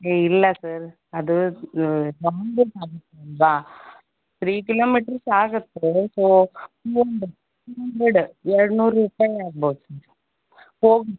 ಏ ಇಲ್ಲ ಸರ್ ಅದು ಥ್ರೀ ಕಿಲೋಮೀಟರ್ಸ್ ಆಗತ್ತೆ ಸೊ ಟೂ ಹಂಡ್ರೆಡ್ ಎರಡುನೂರು ರೂಪಾಯಿ ಆಗ್ಬೋದು ಸರ್ ಹೋಗಿ